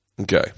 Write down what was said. Okay